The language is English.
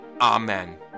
Amen